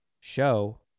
show